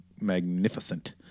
magnificent